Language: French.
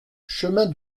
chemin